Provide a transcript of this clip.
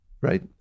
Right